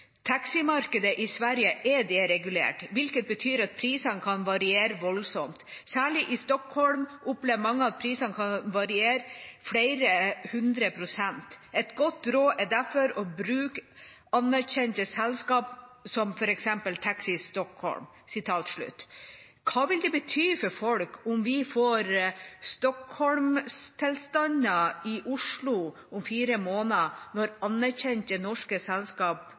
i Sverige er deregulert, hvilket betyr at prisene kan variere voldsomt. Særlig i Stockholm opplever mange at prisene kan variere flere hundre prosent. Et godt råd er derfor å bruke store og anerkjente selskaper som Taxi Stockholm Hva vil det bety for folk om vi får Stockholm-tilstander i Oslo om fire måneder, når anerkjente norske